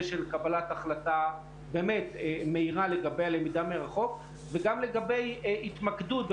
של קבלת החלטה באמת מהירה לגבי הלמידה מרחוק וגם לגבי התמקדות אולי